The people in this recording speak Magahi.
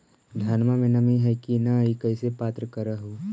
धनमा मे नमी है की न ई कैसे पात्र कर हू?